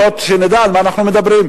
אז לפחות שנדע על מה אנחנו מדברים.